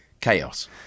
chaos